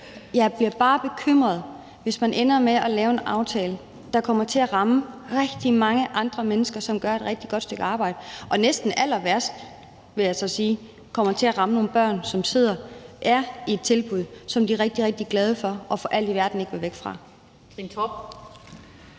Jeg bliver bare bekymret, hvis man ender med at lave en aftale, der kommer til at ramme rigtig mange andre mennesker, som gør et rigtig godt stykke arbejde, og næsten allerværst, vil jeg så sige, kommer til at ramme nogle børn, som er i et tilbud, som de er rigtig, rigtig glade for og for alt i verden ikke vil væk fra.